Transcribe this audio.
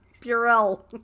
Purell